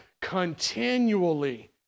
continually